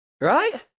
right